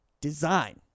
design